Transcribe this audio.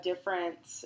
Difference